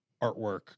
artwork